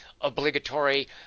obligatory